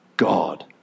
God